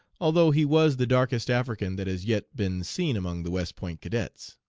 although he was the darkest african that has yet been seen among the west point cadets.